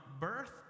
birth